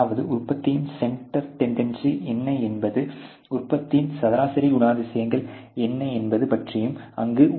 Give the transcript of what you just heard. அதாவது உற்பத்தியின் centre tendency என்ன என்பதும் உற்பத்தியின் சராசரி குணாதிசயங்கள் என்ன என்பதும் பற்றியது ஆகும்